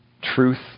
truth